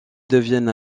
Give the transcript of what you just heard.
devienne